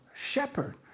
Shepherd